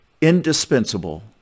indispensable